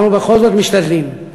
אנחנו בכל זאת משתדלים.